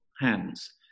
hands